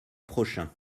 prochain